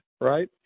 right